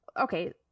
okay